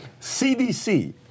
CDC